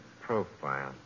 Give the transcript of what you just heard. profile